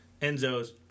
Enzo's